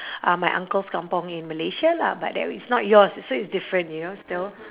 uh my uncle's kampung in malaysia lah but that it's not yours so it's different you know still